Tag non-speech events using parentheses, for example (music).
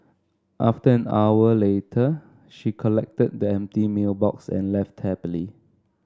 (unintelligible) hour later she collected the empty meal box and left happily